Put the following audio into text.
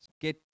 Get